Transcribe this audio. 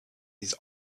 his